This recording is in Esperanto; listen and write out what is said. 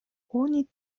oni